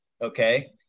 okay